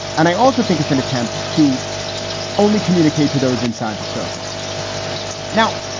and i also think it's an attempt to only communicate to those inside the circle now,